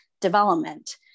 development